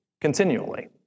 continually